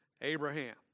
Abraham